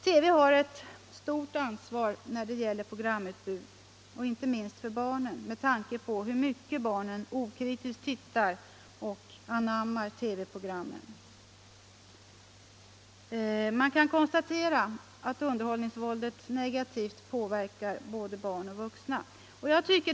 TV har ett stort ansvar vär det gäller programutbud, inte minst för barnen, med tanke på hur mycket barnen okritiskt tittar på och anammar TV-programmen. Man kan konstatera att underhållningsvåldet negativt påverkar både barn och vuxna.